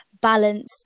balance